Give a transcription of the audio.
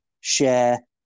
share